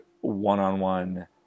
one-on-one